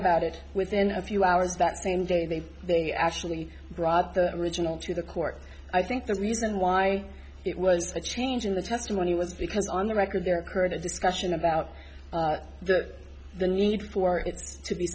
about it within a few hours that same day they actually brought the original to the court i think the reason why it was a change in the testimony was because on the record there occurred a discussion about the need for it to be